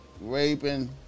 Raping